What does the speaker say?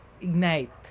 ignite